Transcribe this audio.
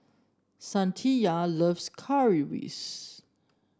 Saniya loves Currywurst